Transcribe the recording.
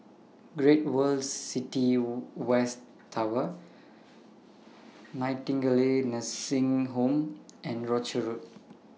Great World City West Tower Nightingale Nursing Home and Rochor Road